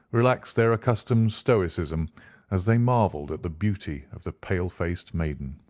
relaxed their accustomed stoicism as they marvelled at the beauty of the pale-faced maiden.